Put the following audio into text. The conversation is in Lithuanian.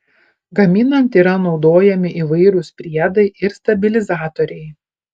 gaminant yra naudojami įvairūs priedai ir stabilizatoriai